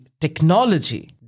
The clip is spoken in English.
technology